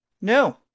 No